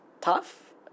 tough